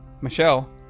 Michelle